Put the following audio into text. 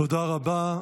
תודה רבה.